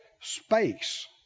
Space